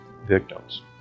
victims